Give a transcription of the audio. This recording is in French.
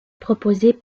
proposées